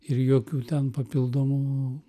ir jokių ten papildomų